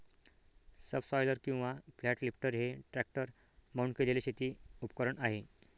subsoiler किंवा flat lifter हे tractor mount केलेले शेती उपकरण आहे